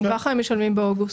גם כך הם משלמים באוגוסט.